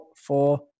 four